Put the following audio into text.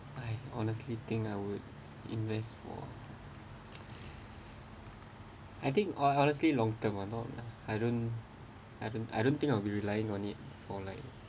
I honestly think I would invest for I think I honestly long term or not I don't I don't I don't think I will be relying on it for like